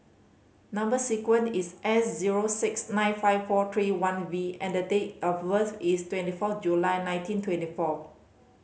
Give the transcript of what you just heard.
number sequence is S zero six nine five four three one V and the date of birth is twenty four July nineteen twenty four